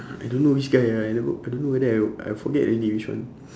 I don't know which guy ah I never I don't know whether I I forget already which one